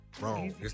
Wrong